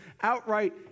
Outright